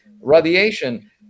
radiation